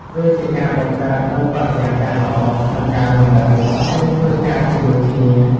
វាជាការបង្កើតនូវបរិយាកាសល្អក្នុងការរស់នៅ និងធ្វើការជាមួយគ្នា។